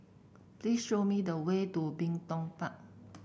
please show me the way to Bin Tong Park